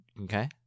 Okay